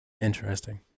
Interesting